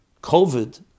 COVID